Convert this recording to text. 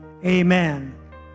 amen